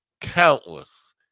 countless